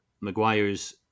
Maguire's